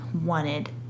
wanted